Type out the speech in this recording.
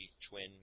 Twin